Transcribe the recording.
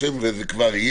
זה לא משנה מה המטרה.